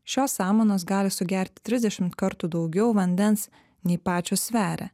šios samanos gali sugerti trisdešimt kartų daugiau vandens nei pačios sveria